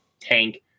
tank